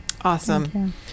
Awesome